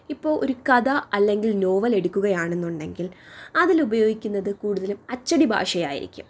ഇപ്പോൾ ഒരു കഥ അല്ലെങ്കിൽ നോവൽ എടുക്കുകയാണെന്നുണ്ടെങ്കിൽ അതിൽ ഉപയോഗിക്കുന്നത് കൂടുതലും അച്ചടി ഭാഷയായിരിക്കും